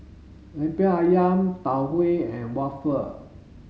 Lemper Ayam Tau Huay and waffle